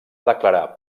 declarar